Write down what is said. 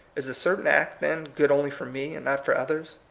is a certain act, then, good only for me, and not for others?